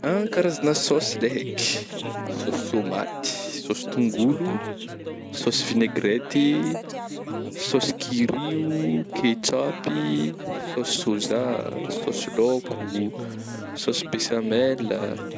An karazagna saosy le haiky saosy sômaty, saosy tongolo, saosy vinegrety, saosy kirio, ketsaopy, saosy sôja, saosy laôko, saosy besamela.